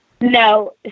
No